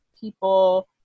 people